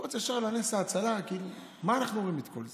קפוץ ישר לנס ההצלה, מה אנחנו רואים את כל זה?